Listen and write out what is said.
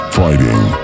fighting